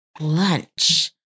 lunch